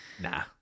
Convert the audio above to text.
Nah